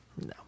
No